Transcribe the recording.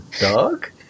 dog